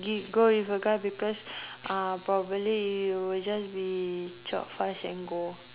g~ go with a guy because uh probably you will just be chop fast and go